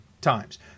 times